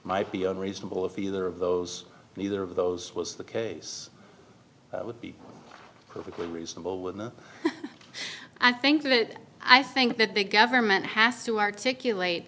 might be unreasonable if either of those neither of those was the case would be perfectly reasonable with i think that i think that the government has to articulate